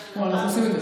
אנחנו עושים את זה.